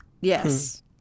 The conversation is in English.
Yes